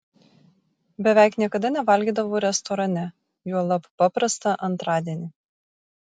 beveik niekada nevalgydavau restorane juolab paprastą antradienį